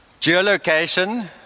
Geolocation